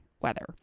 weather